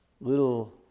little